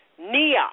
Nia